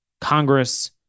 Congress